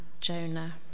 Jonah